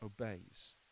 obeys